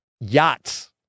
Yachts